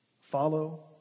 Follow